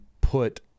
put